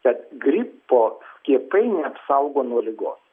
kad gripo skiepai neapsaugo nuo ligos